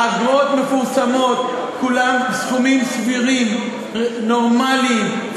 האגרות מפורסמות, כולן סכומים סבירים, נורמליים.